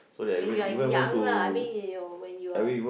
when you are young lah I mean you you when you are